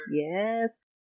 Yes